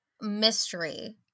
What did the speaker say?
mystery